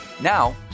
Now